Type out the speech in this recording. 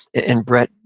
and, brett,